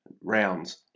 rounds